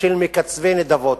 של מקבצי נדבות,